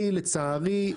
לצערי,